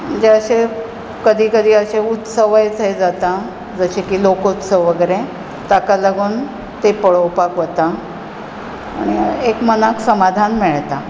म्हणजे अशे कधी कधी अशे उत्सवय थंय जाता जशे की लोकोत्सव वगैरे ताका लागून ते पळोपाक वता एक मनाक समाधान मेळता